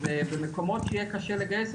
אז במקומות שיהיה קשה לגייס,